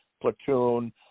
Platoon